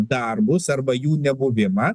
darbus arba jų nebuvimą